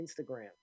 Instagram